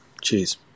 cheers